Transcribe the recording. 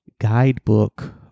guidebook